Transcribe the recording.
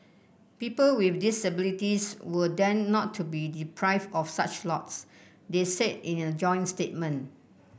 people with disabilities will then not be deprived of such lots they said in a joint statement